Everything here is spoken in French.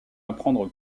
apprendre